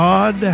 God